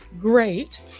great